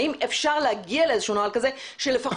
האם אפשר להגיע לאיזשהו נוהל כזה שלפחות